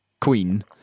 queen